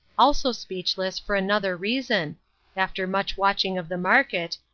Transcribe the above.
also speechless for another reason after much watching of the market,